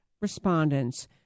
respondents